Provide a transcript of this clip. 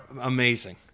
amazing